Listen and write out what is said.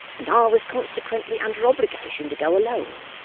and i was consequently under obligation to go alone,